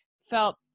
felt